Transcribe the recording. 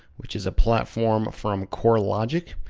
which is a platform from corelogic.